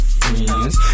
friends